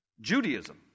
Judaism